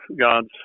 God's